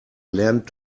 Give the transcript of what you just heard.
lernt